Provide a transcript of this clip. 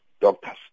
doctors